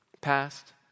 Past